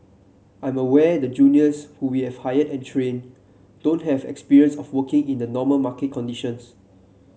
I'm aware the juniors who we have hired and trained don't have experience of working in the normal market conditions